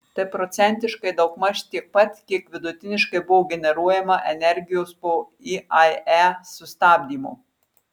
tai procentiškai daugmaž tiek pat kiek vidutiniškai buvo generuojama energijos po iae sustabdymo